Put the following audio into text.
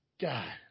God